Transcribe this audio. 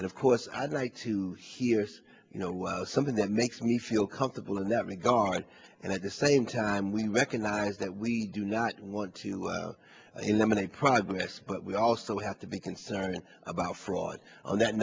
and of course i'd like to hear something that makes me feel comfortable in that regard and at the same time we recognize that we do not want to eliminate progress but we also have to be concerned about fraud on that